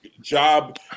job